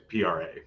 PRA